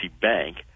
bank